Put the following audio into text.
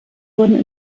wurden